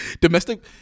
Domestic